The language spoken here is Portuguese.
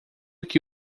que